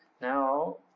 Now